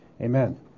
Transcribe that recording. Amen